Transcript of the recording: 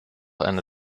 eine